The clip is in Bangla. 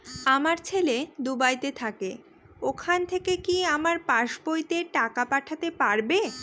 আমার ছেলে দুবাইতে থাকে ওখান থেকে কি আমার পাসবইতে টাকা পাঠাতে পারবে?